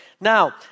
Now